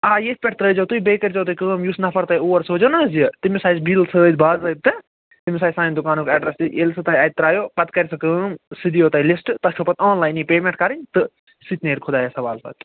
آ ییٚتھۍ پٮ۪ٹھ تٔرٛازیٚو تُہۍ بیٚیہِ کٔرزیٚو تُہۍ کٲم یُس نفر تۄہہِ اوٗر سوزیٚو نا حظ یہِ تٔمِس آسہِ بِل سۭتۍ باضٲبطہٕ تٔمِس آسہِ سانہِ دُکانُک ایٚڈرس تہِ ییٚلہِ سُہ تۄہہِ اَتہِ ترایُو پتہٕ کَرِ سُہ کٲم سُہ دِیِو تۄہہِ لِسٹہٕ تۄہہِ چھُو پتہٕ آن لاینٕے پیمینٛٹ کَرٕنۍ تہٕ سُہ تہِ نیرِ خۄدایس حَوالہٕ پتہٕ